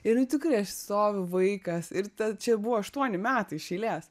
ir tikrai aš stoviu vaikas ir tada čia buvo aštuoni metai iš eilės